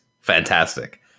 Fantastic